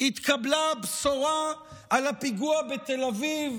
התקבלה הבשורה על הפיגוע בתל אביב,